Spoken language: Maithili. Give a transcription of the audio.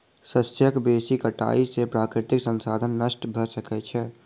शस्यक बेसी कटाई से प्राकृतिक संसाधन नष्ट भ सकै छै